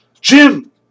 Jim